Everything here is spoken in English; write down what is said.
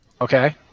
Okay